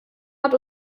hat